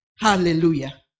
Hallelujah